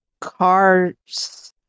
cars